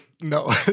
no